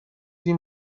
این